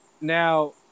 Now